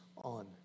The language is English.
on